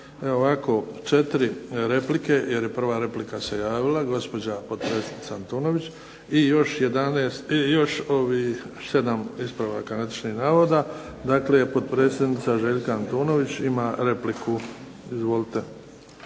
ovako 4 replike jer je prva replika se javila gospođa Antunović i još 7 ispravaka netočnih navoda. Dakle, potpredsjednica Željka Antunović ima repliku. Izvolite.